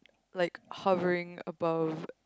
like hovering above